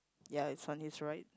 ya it's on his right